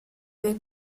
del